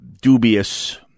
dubious